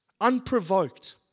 unprovoked